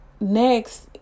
next